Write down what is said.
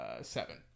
seven